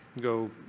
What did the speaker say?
go